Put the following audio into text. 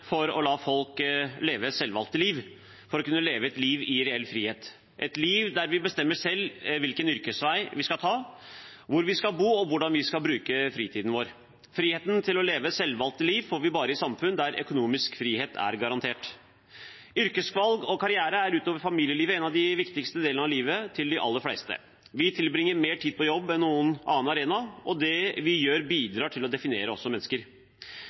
et liv der vi bestemmer selv hvilken yrkesvei vi skal ta, hvor vi skal bo, og hvordan vi skal bruke fritiden vår. Friheten til å leve et selvvalgt liv får vi bare i samfunn der økonomisk frihet er garantert. Yrkesvalg og karriere er – utover familielivet – en av de viktigste delene av livet til de aller fleste. Vi tilbringer mer tid på jobb enn på noen annen arena, og det vi gjør, bidrar til å definere oss som mennesker.